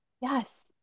Yes